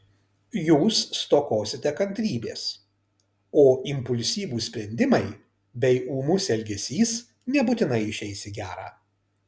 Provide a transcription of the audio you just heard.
jūs stokosite kantrybės o impulsyvūs sprendimai bei ūmus elgesys nebūtinai išeis į gera